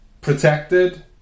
protected